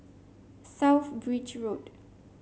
South Bridge Road